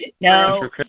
no